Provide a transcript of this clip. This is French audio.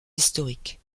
historiques